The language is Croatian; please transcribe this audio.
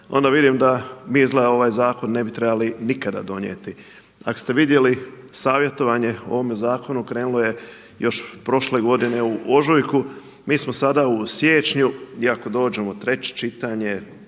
onda vidim da mi izgleda ovaj zakon ne bi trebali nikada donijeti. Ako ste vidjeli savjetovanje o ovom zakonu krenulo je još prošle godine u ožujku, mi smo sada u siječnju i ako dođemo treće čitanje,